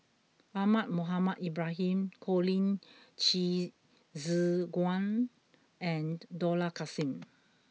Ahmad Mohamed Ibrahim Colin Qi Zhe Quan and Dollah Kassim